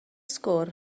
sgôr